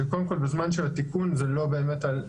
שקודם כל בזמן של התיקון זה לא היה